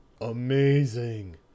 Amazing